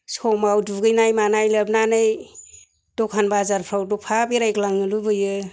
समाव दुगैनाय मानाय लोबनानै दखान बाजारफोराव दफा बेरायग्लांनो लुबैयो